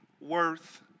worth